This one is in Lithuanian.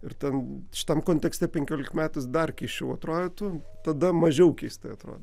ir ten šitam kontekste penkiolikmetis dar keisčiau atrodytų tada mažiau keistai atrodė